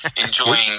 enjoying